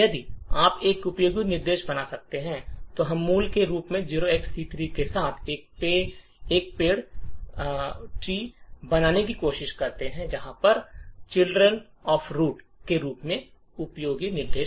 यदि आप एक उपयोगी निर्देश बना सकते हैं तो हम मूल के रूप में 0xC3 के साथ एक पेड़ बनाते हैं और उस जड़ के बच्चों के रूप में उपयोगी निर्देश